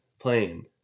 playing